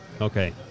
Okay